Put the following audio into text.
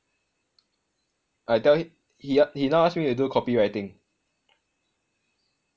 I tell hi~ he he now ask me to do copywriting